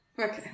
Okay